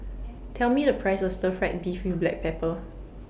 Tell Me The Price of Stir Fried Beef with Black Pepper